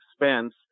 expense